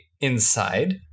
inside